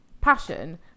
passion